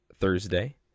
Thursday